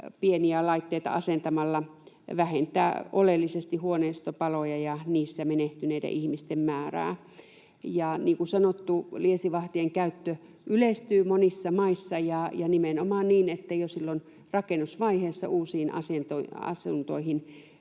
pieniä laitteita asentamalla voitaisiin vähentää oleellisesti huoneistopaloja ja niissä menehtyneiden ihmisten määrää. Niin kuin sanottu, liesivahtien käyttö yleistyy monissa maissa, ja nimenomaan niin, että jo silloin rakennusvaiheessa uusiin asuntoihin